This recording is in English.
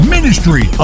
Ministry